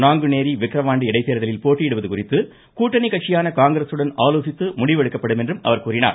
நாங்குநேரி விக்ரவாண்டி இடைத்தேர்தலில் போட்டியிடுவது குறித்து கூட்டணி கட்சியான காங்கிரஸ்டன் ஆலோசித்து முடிவு எடுக்கப்படும் என்றும் கூறினார்